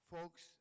folks